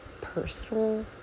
personal